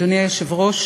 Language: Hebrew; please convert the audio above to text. אדוני היושב-ראש,